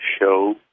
show